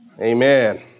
Amen